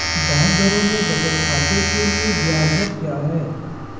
डाकघरों में बचत खाते के लिए ब्याज दर क्या है?